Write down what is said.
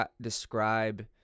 describe